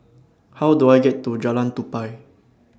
How Do I get to Jalan Tupai